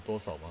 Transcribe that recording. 多少吗